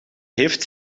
heeft